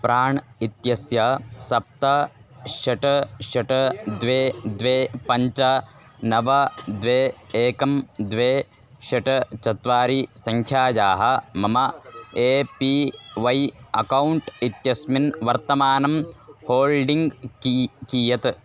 प्राण् इत्यस्य सप्त षट् षट् द्वे द्वे पञ्च नव द्वे एकं द्वे षट् चत्वारि सङ्ख्यायाः मम ए पी वै अकौण्ट् इत्यस्मिन् वर्तमानं होल्डिङ्ग् किं कियत्